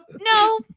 No